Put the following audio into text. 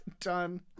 Done